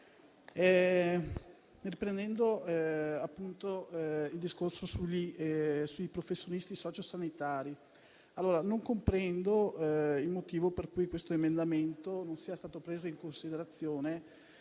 riprendendo il discorso sui professionisti sociosanitari. Non comprendo il motivo per il quale tale emendamento non sia stato preso in considerazione,